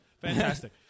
fantastic